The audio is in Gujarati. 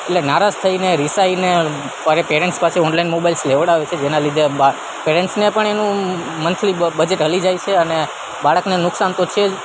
એટલે નારાજ થઈને રિસાઈને આર પેરેન્સ પાસે ઓનલાઈન મોબાઈલ્સ લેવડાવે છે જેના લીધે પેરેન્ટ્સને પણ એનું મંથલી બજેટ હલી જાય છે અને બાળકને નુકસાન તો છે જ